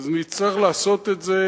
אז נצטרך לעשות את זה